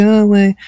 away